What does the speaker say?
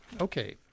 Okay